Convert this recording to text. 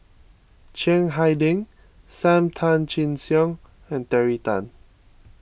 Chiang Hai Ding Sam Tan Chin Siong and Terry Tan